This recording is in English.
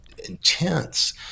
intense